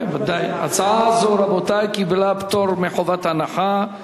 ההצעה הזו, רבותי, קיבלה פטור מחובת הנחה.